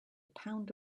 pound